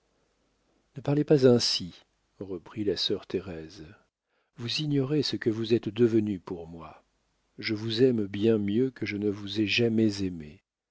ne parlez pas ainsi reprit la sœur thérèse vous ignorez ce que vous êtes devenu pour moi je vous aime bien mieux que je ne vous ai jamais aimé